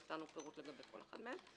נתנו פירוט לגבי כל אחת מהן.